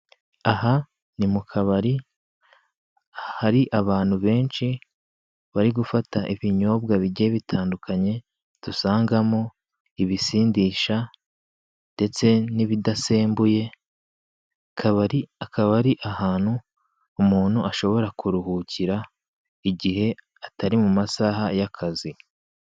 Aha ni mu kabari hari abantu benshi bari gufata ibinyobwa bigiye bitandukanye, dusangamo ibisindisha ndetse n'ibidasembuye. Akaba ari ahantu umuntu ashobora kuruhukira igihe atari mu masaha y'akazi.